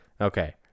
okay